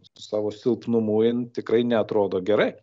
savo silpnumu jin tikrai neatrodo gerai